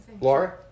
Laura